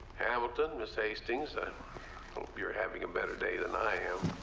hamilton, miss hastings, i hope you're having a better day than i am.